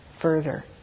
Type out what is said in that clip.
further